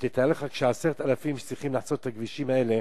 ותאר לך כש-10,000 שצריכים לחצות את הכבישים האלה.